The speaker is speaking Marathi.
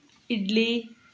इडली